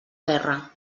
guerra